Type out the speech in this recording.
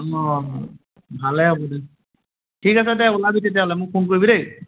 অঁ ভালে হ'ব দে ঠিক আছে দে ওলাবি তেতিয়াহ'লে মোক ফোন কৰিবি দেই